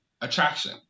attraction